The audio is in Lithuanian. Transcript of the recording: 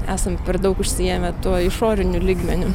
esam per daug užsiėmę tuo išoriniu lygmeniu